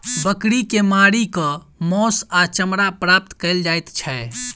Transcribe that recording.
बकरी के मारि क मौस आ चमड़ा प्राप्त कयल जाइत छै